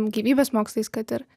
gyvybės mokslais kad ir